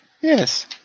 yes